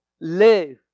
Live